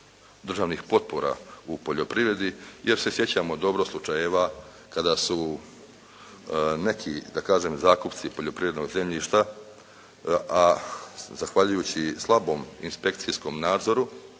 državnih potpora u poljoprivredi jer se sjećamo dobro slučajeva kada su neki da kažem zakupci poljoprivrednog zemljišta a zahvaljujući slabom inspekcijskom nadzoru